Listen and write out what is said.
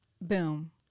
boom